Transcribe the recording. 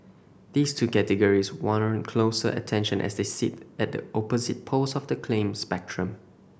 these two categories warrant closer attention as they sit at the opposite poles of the claim spectrum